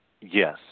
Yes